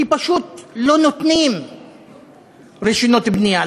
כי פשוט לא נותנים רישיונות בנייה.